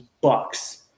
Bucks